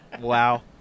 Wow